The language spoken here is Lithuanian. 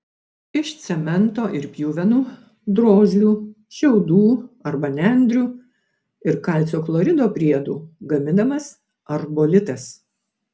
iš cemento ir pjuvenų drožlių šiaudų arba nendrių ir kalcio chlorido priedų gaminamas arbolitas